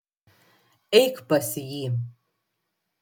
eik pas jį